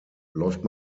läuft